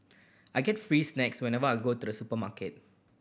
I get free snacks whenever I go to the supermarket